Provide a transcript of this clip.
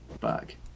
back